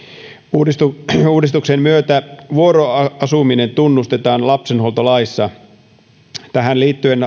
uudistuksen uudistuksen myötä vuoroasuminen tunnustetaan lapsenhuoltolaissa tähän liittyen